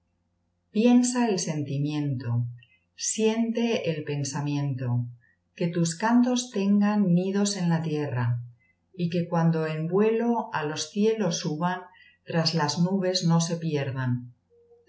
piensa el sentimiento siente el pensamiento que tus cantos tengan nidos en la tierra y que cuando en vuelo á los cielos suban tras las nubes no se pierdan